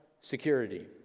security